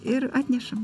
ir atnešam